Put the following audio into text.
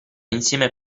insieme